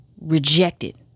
rejected